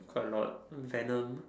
quite a lot Venom